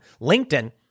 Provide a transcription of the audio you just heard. LinkedIn